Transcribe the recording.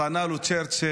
אז ענה לו צ'רצ'יל: